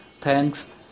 Thanks